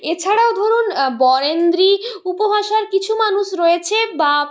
এছাড়াও ধরুন বরেন্দ্রী উপভাষার কিছু মানুষ রয়েছে বা